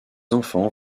enfants